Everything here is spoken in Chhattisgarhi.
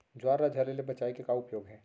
ज्वार ला झरे ले बचाए के का उपाय हे?